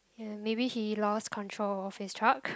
and maybe he lost control of his truck